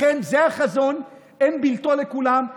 לכן זה היה חזון, אין בלתו, לכולם.